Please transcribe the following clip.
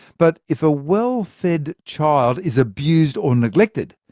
but if a well-fed child is abused or neglected,